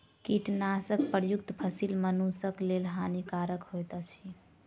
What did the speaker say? कीटनाशक प्रयुक्त फसील मनुषक लेल हानिकारक होइत अछि